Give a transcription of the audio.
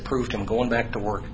approved him going back to work